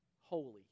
holy